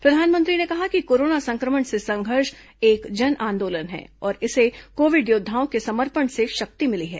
प्रधानमंत्री ने कहा कि कोरोना संक्रमण से संघर्ष एक जन आंदोलन है और इसे कोविड योद्वाओं के समर्पण से शक्ति मिली है